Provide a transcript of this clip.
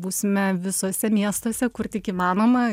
būsime visuose miestuose kur tik įmanoma